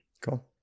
Cool